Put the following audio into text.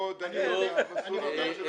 פה דנים במסלול המרכזי.